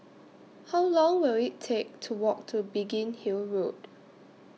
How Long Will IT Take to Walk to Biggin Hill Road